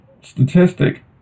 statistic